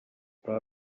baba